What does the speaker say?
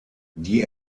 die